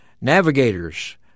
navigators